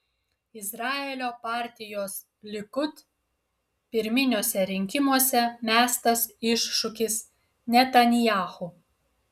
izraelio partijos likud pirminiuose rinkimuose mestas iššūkis netanyahu